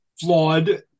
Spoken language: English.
flawed